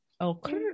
okay